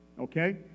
okay